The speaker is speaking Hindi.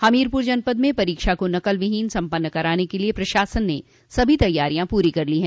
हमीरपुर जनपद में परीक्षा को नकलविहीन सम्पन्न कराने क लिए प्रशासन ने सभी तैयारियां पूरी कर ली हैं